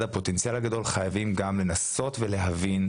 הפוטנציאל הגדול חייבים גם לנסות ולהבין,